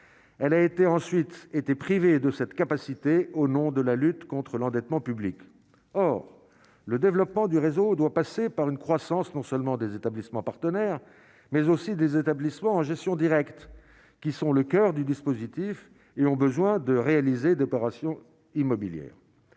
elle a été ensuite été privé de cette capacité au nom de la lutte contre l'endettement public, or le développement du réseau doit passer par une croissance non seulement des établissements partenaires mais aussi des établissements en gestion directe, qui sont le coeur du dispositif et ont besoin de réaliser d'opérations immobilières